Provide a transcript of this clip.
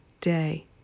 day